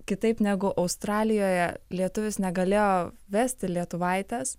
kitaip negu australijoje lietuvis negalėjo vesti lietuvaitės